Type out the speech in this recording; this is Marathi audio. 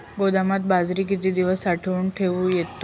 गोदामात बाजरी किती दिवस साठवून ठेवू शकतो?